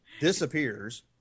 Disappears